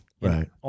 Right